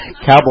cowboy